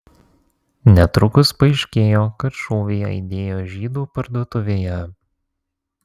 netrukus paaiškėjo kad šūviai aidėjo žydų parduotuvėje